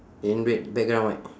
in red background right